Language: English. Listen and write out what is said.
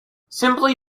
simply